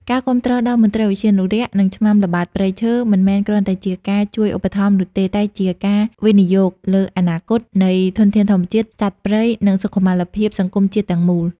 ការគាំទ្រដល់មន្ត្រីឧទ្យានុរក្ស និងឆ្មាំល្បាតព្រៃឈើ មិនមែនគ្រាន់តែជាការជួយឧបត្ថម្ភនោះទេ តែជា ការវិនិយោគលើអនាគត នៃធនធានធម្មជាតិ សត្វព្រៃ និងសុខុមាលភាពសង្គមជាតិទាំងមូល។